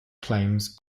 claims